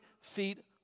feet